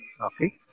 Okay